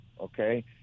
Okay